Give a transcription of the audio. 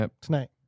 tonight